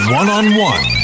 one-on-one